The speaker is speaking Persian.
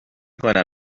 کنم